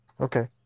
Okay